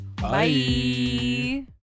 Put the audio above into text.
Bye